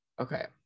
Okay